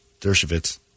Dershowitz